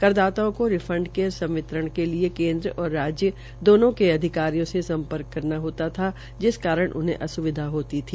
करदाताओं क्ष रिफंड के संवितरण के लिए केन्द्र और राज्य दामों के अधिकारियों से सम्पर्क हप्ता था जिस कारण उनहें असुविधा हप्ती थी